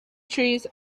trees